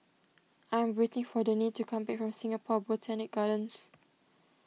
I am waiting for Danae to come back from Singapore Botanic Gardens